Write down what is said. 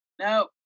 No